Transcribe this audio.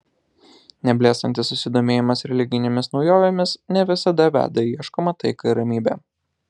neblėstantis susidomėjimas religinėmis naujovėmis ne visada veda į ieškomą taiką ir ramybę